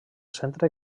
centre